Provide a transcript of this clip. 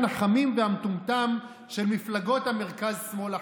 החמים והמטומטם של מפלגות המרכז-שמאל החלול.